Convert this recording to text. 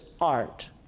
art